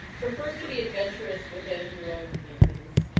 prefers to be adventurous within your own means.